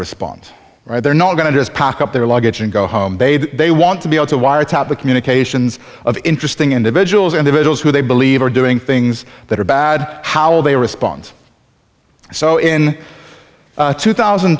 respond they're not going to just pack up their luggage and go home they'd they want to be able to wiretap the communications of interesting individuals individuals who they believe are doing things that are bad how they respond so in two thousand